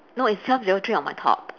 no it's twelve zero three on my top